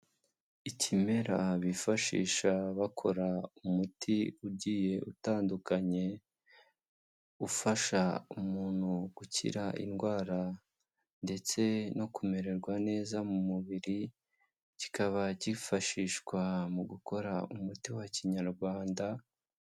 Ikimera bifashisha bakora umuti ugiye utandukanye, ufasha umuntu gukira indwara ndetse no kumererwa neza mu mubiri, kikaba cyifashishwa mu gukora umuti wa kinyarwanda.